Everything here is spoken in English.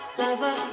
lover